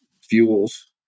fuels